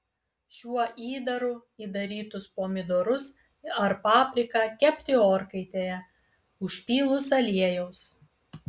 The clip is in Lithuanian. šiuo įdaru įdarytus pomidorus ar papriką kepti orkaitėje užpylus aliejaus